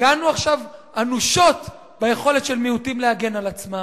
פגענו עכשיו אנושות ביכולת של מיעוטים להגן על עצמם,